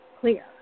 clear